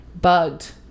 bugged